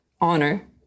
honor